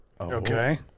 okay